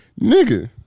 Nigga